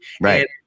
Right